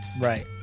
Right